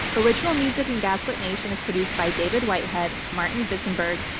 original music in gaslit nation is produced by david whitehead, martin wissenberg,